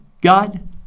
God